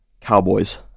Cowboys